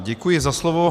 Děkuji za slovo.